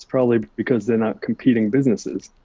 probably because they're not competing businesses.